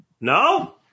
No